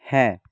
হ্যাঁ